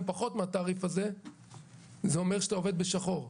פחות מן התעריף זה אומר שאתה עובד בשחור,